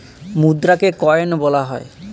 মুদ্রাকে coin বলা হয়